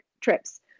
trips